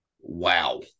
wow